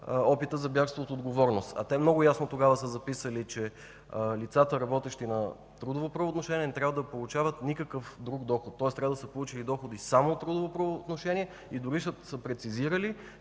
опита за бягство от отговорност. Тогава те много ясно са записали, че лицата, работещи на трудово правоотношение, не трябва да получават никакъв друг доход. Тоест трябва да са получили доходи само от трудово правоотношение и дори са прецизирали,